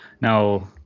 Now